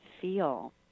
feel